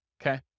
okay